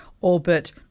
Orbit